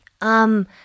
Um